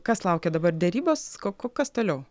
kas laukia dabar derybos ko kas toliau